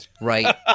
right